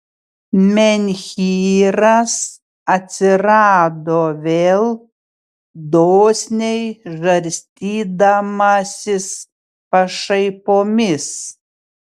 menhyras atsirado vėl dosniai žarstydamasis pašaipomis